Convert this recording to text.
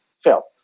felt